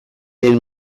den